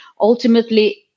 ultimately